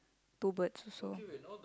two birds also